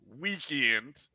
weekend –